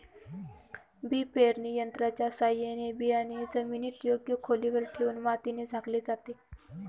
बी पेरणी यंत्राच्या साहाय्याने बियाणे जमिनीत योग्य खोलीवर ठेवून मातीने झाकले जाते